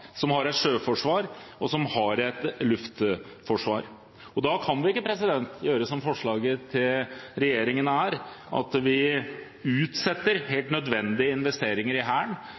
som har en sterk landmakt, som har et sjøforsvar, og som har et luftforsvar. Da kan vi ikke gjøre som forslaget til regjeringen er, at vi utsetter helt nødvendige investeringer i Hæren,